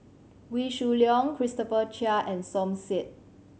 Wee Shoo Leong Christopher Chia and Som Said